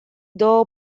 două